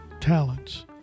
talents